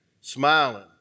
smiling